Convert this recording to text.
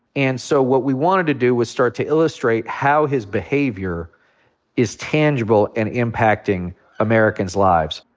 and so what we wanted to do was start to illustrate how his behavior is tangible and impacting americans' lives.